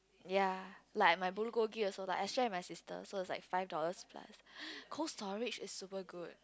ya like my bulgogi also like I share with my sister so is like five dollars plus Cold-Storage is super good